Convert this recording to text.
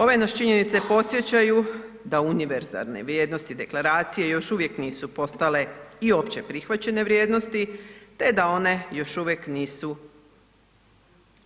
Ove nas činjenice podsjećaju da univerzalne vrijednosti deklaracije još uvijek nisu postale i opće prihvaćene vrijednosti, te da one još uvijek nisu